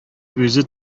үзе